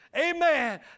amen